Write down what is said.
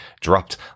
dropped